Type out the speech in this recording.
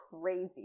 crazy